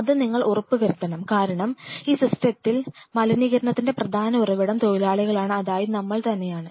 അത് നിങ്ങൾ ഉറപ്പു വരുത്തണം കാരണം ഈ സിസ്റ്റത്തിൽ മലിനീകരണത്തിൻറെ പ്രധാന ഉറവിടം തൊഴിലാളികളാണ് അതായതു നമ്മൾ തന്നെയാണ്